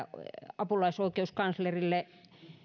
apulaisoikeuskanslerille